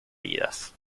vidas